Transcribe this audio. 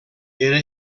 era